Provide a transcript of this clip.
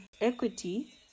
equity